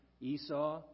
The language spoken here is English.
Esau